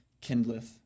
kindleth